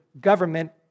government